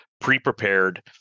pre-prepared